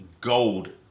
gold